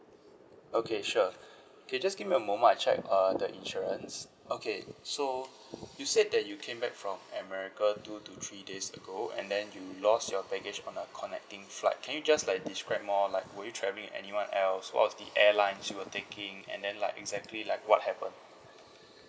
okay sure okay just give me a moment I check uh the insurance okay so you said that you came back from america two to three days ago and then you lost your baggage on a connecting flight can you just like describe more like were you travelling with anyone else what was the airlines you were taking and then like exactly like what happen